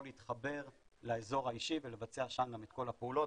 להתחבר לאזור האישי ולבצע שם את כל הפעולות,